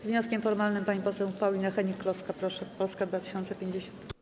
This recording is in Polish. Z wnioskiem formalnym pani poseł Paulina Hennig-Kloska, proszę, Polska 2050.